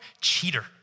cheater